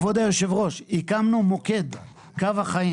כבוד היו"ר, הקמנו מוקד, קו החיים